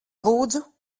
lūdzu